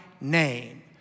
name